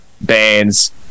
bands